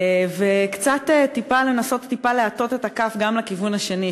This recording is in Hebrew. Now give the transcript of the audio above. וקצת לנסות להטות טיפה את הכף גם לכיוון השני.